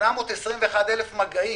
821,000 מגעים.